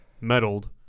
meddled